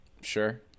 Sure